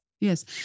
Yes